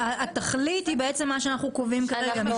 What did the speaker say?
התכלית היא בעצם מה שאנחנו קובעים כאן.